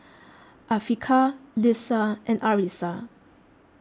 Afiqah Lisa and Arissa